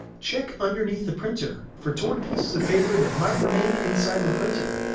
check underneath the printer for torn pieces of paper that might remain inside the printer.